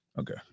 Okay